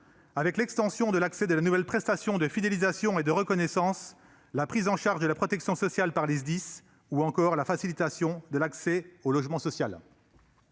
de l'extension de l'accès à la nouvelle prestation de fidélisation et de reconnaissance, de la prise en charge de la protection sociale par les SDIS ou encore de la facilitation de l'accès au logement social.